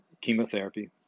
chemotherapy